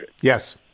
Yes